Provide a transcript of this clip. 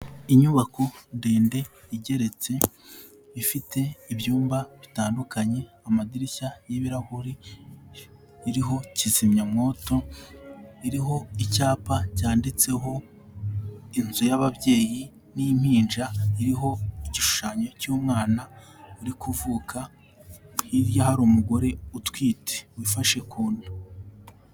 Inyubako ndende igeretse ifite ibyumba bitandukanye, amadirishya y'ibirahuri, iriho kizimyamwoto, iriho icyapa cyanditseho inzu y'ababyeyi n'impinja, iriho igishushanyo cy'umwana uri kuvuka, hirya hari umugore utwite wifashe ku nda.